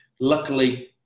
luckily